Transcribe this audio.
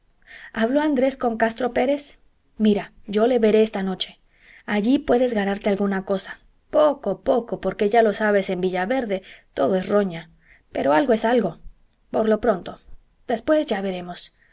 habló andrés con castro pérez mira yo le veré esta noche allí puedes ganarte alguna cosa poco poco porque ya lo sabes en villaverde todo es roña pero algo es algo por lo pronto después ya veremos